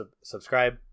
subscribe